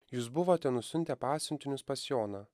jūs buvote nusiuntę pasiuntinius pas joną